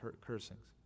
cursings